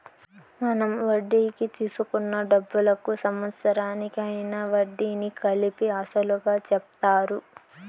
మనం వడ్డీకి తీసుకున్న డబ్బులకు సంవత్సరానికి అయ్యిన వడ్డీని కలిపి అసలుగా చెప్తారు